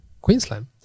Queensland